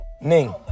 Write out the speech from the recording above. Ning